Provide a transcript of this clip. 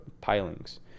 pilings